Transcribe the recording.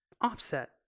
offset